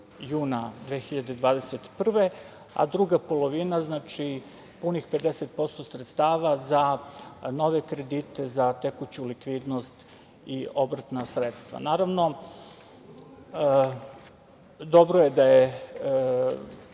juna 2021. godine, a druga polovina, punih 50% sredstava za nove kredite za tekuću likvidnost i obrtna sredstva. Naravno, dobro je da ovi